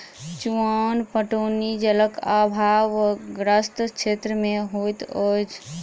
चुआन पटौनी जलक आभावग्रस्त क्षेत्र मे होइत अछि